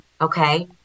okay